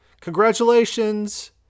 Congratulations